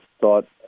thought